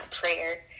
prayer